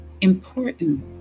important